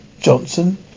Johnson